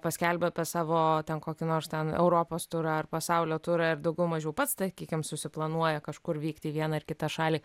paskelbia tą savo ten kokį nors ten europos turą ar pasaulio turą ir daugiau mažiau pats sakykim susiplanuoja kažkur vykt į vieną ar kitą šalį